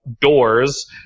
doors